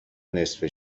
نصفه